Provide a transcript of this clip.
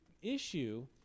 issue